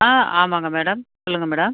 ஆ ஆமாம்ங்க மேடம் சொல்லுங்கள் மேடம்